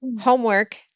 homework